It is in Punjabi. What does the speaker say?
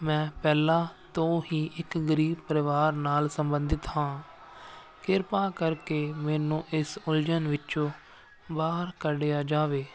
ਮੈਂ ਪਹਿਲਾਂ ਤੋਂ ਹੀ ਇੱਕ ਗਰੀਬ ਪਰਿਵਾਰ ਨਾਲ ਸੰਬੰਧਿਤ ਹਾਂ ਕਿਰਪਾ ਕਰਕੇ ਮੈਨੂੰ ਇਸ ਉਲਝਣ ਵਿੱਚੋਂ ਬਾਹਰ ਕੱਢਿਆ ਜਾਵੇ